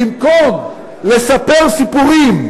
במקום לספר סיפורים,